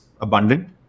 abundant